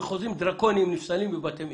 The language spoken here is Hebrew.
וחוזים דרקונים נפסלים בבתי משפט.